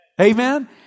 Amen